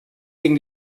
ging